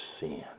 sin